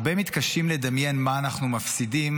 הרבה מתקשים לדמיין מה אנחנו מפסידים,